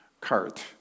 cart